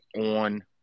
on